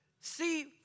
See